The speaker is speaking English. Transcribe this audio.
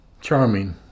Charming